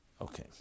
Okay